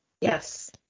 Yes